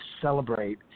celebrate